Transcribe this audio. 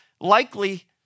likely